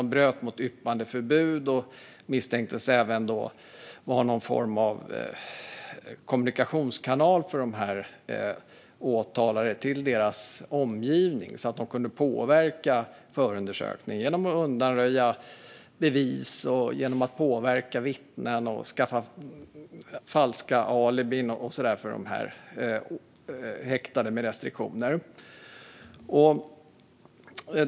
De bröt mot yppandeförbud och misstänktes även vara någon form av kommunikationskanal för de åtalade till deras omgivning, så att de kunde påverka förundersökningarna genom att undanröja bevis, påverka vittnen och skaffa falska alibin för de häktade med restriktioner.